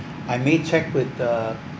I may check with the